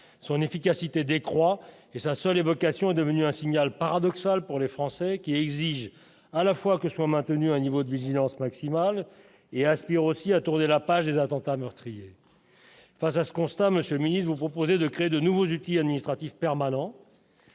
son efficacité décroît et sa seule évocation est devenue un signal paradoxal pour les Français qui exige à la fois que soit maintenu un niveau de vigilance maximale et Aspire aussi à tourner la page des attentats meurtriers. Face à ce constat, monsieur mise, vous proposez de créer de nouveaux outils administratifs permanents